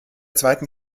zweiten